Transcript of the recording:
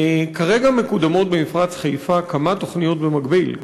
כרגע מקודמות במפרץ חיפה כמה תוכניות במקביל,